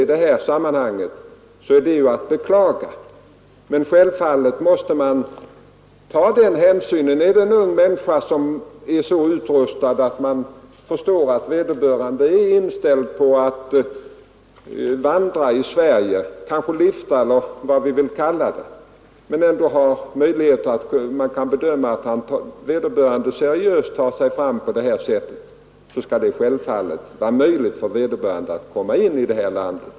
Om det i det sammanhanget har begåtts något fel, så är det att beklaga. Om en ung människa är utrustad för och inställd på att vandra eller lifta här i Sverige, och om man kan bedöma det så att vederbörande kan ta sig fram på detta sätt, så skall det naturligtvis vara möjligt för honom eller henne att komma in här i landet.